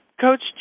Coach